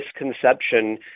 misconception